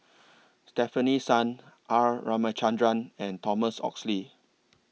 Stefanie Sun R Ramachandran and Thomas Oxley